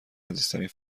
عزیزترین